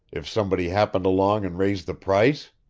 if somebody happened along and raised the price?